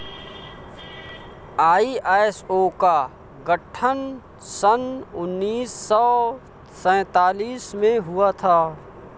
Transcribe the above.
ISO का गठन सन उन्नीस सौ सैंतालीस में हुआ था